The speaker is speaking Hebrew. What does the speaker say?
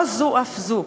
לא זו אף זו.